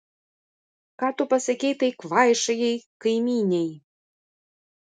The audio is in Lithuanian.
ką tu pasakei tai kvaišajai kaimynei